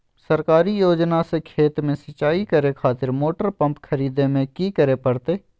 सरकारी योजना से खेत में सिंचाई करे खातिर मोटर पंप खरीदे में की करे परतय?